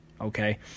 okay